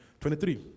23